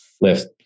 lift